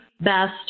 best